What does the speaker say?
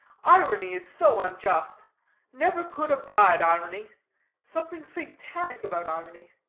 irony is so unjust never could abide irony something satanic about irony.